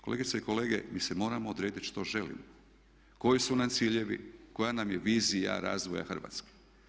Kolegice i kolege, mi se moramo odrediti što želimo, koji su nam ciljevi, koja nam je vizija razvoja Hrvatske.